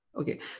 okay